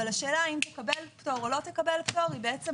אבל השאלה אם תקבל פטור או לא תקבל פטור היא לוטה